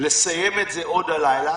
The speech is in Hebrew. לסיים את זה עוד הלילה,